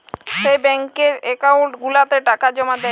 যেই ব্যাংকের একাউল্ট গুলাতে টাকা জমা দেই